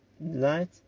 light